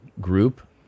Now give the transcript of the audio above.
group